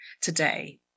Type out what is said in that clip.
today